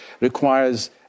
requires